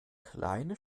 kleine